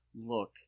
look